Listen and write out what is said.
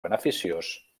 beneficiós